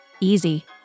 easy